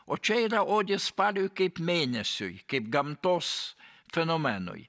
o čia yra odė spaliui kaip mėnesiui kaip gamtos fenomenui